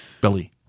Billy